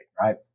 Right